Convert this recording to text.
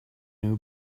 new